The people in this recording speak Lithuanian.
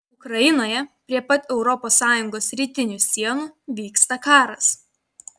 ukrainoje prie pat europos sąjungos rytinių sienų vyksta karas